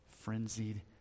frenzied